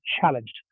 challenged